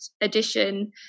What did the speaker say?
edition